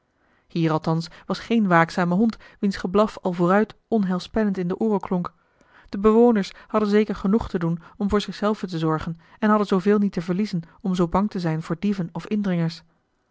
hier althans was geen waakzame hond wiens geblaf al vooruit onheilspellend in de ooren klonk de bewoners hadden zeker genoeg te doen om voor zich zelven te zorgen en hadden zooveel niet te verliezen om zoo bang te zijn voor dieven of indringers